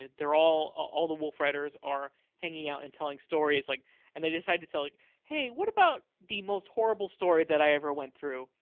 ah all all the wolfriders are hanging out and telling stories, like and they decide to tell, like hey, what about the most horrible story that i ever went through,